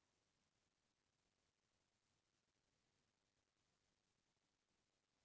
घर म कुछु पूजा पाठ करवाबे ओहू म फूल लागथे